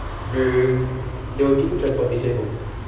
they'll give transportation home